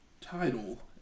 title